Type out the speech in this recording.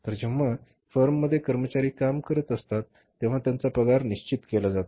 तर जेव्हा फर्ममध्ये कर्मचारी काम करत असतात तेव्हा त्यांचा पगार निश्चित केला जातो